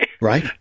Right